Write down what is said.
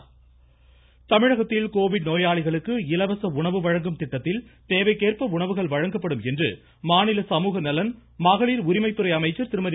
கீதா ஜீவன் தமிழகத்தில் கோவிட் நோயாளிகளுக்கு இலவச உணவு வழங்கும் திட்டத்தில் தேவைக்கேற்ப உணவுகள் வழங்கப்படும் என்று மாநில சமூக நலன் மகளிர் உரிமைத் துறை அமைச்சர் திருமதி